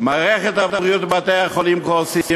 מערכת הבריאות ובתי-החולים קורסים,